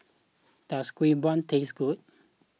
does Kuih Bom taste good